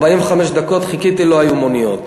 חיכיתי 45 דקות, ולא היו מוניות.